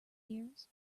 years